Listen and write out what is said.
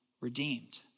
redeemed